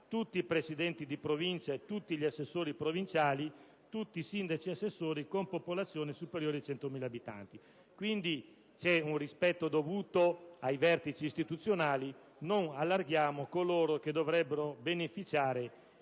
tutti i presidenti di Provincia e tutti gli assessori provinciali, tutti i sindaci e gli assessori dei Comuni con popolazione superiore ai 100.000 abitanti. C'è un rispetto dovuto ai vertici istituzionali, ma non allarghiamo il numero di coloro che dovrebbero beneficiare